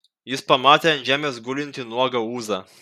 jis pamatė ant žemės gulintį nuogą ūzą